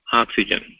oxygen